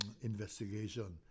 investigation